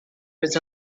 was